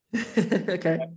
Okay